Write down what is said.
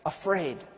afraid